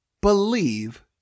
believe